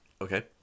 Okay